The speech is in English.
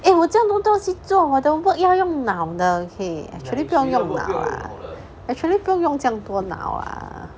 eh 我这样多东西做我的 work 要用脑的 okay actually 不用用脑 lah actually 不用用这样多脑 lah